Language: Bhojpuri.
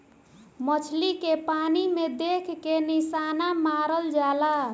मछली के पानी में देख के निशाना मारल जाला